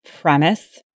premise